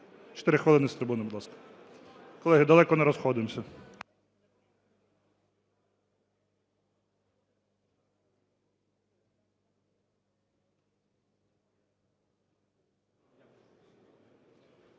Чотири хвилин з трибуни, будь ласка. Колеги, далеко не розходимося.